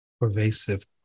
pervasive